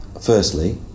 firstly